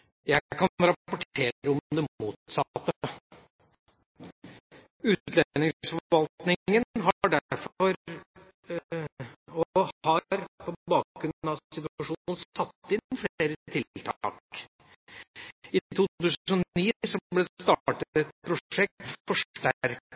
Jeg kan rapportere om det motsatte. Utlendingsforvaltningen har derfor på bakgrunn av situasjonen satt inn flere tiltak. I 2009 ble det